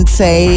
say